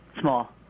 Small